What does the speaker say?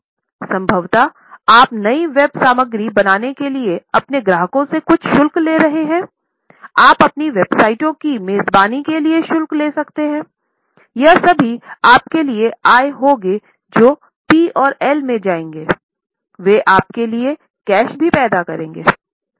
संभवतः आप नई वेब सामग्री बनाने के लिए अपने ग्राहकों से कुछ शुल्क ले रहे हैं आप अपनी वेबसाइटों की मेजबानी के लिए शुल्क ले सकता है ये सभी आपके लिए आय होंगे जो P और L में जाएंगे वे आपके लिए भी कैश पैदा करेंगे